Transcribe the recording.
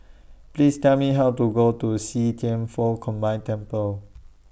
Please Tell Me How to Go to See Thian Foh Combined Temple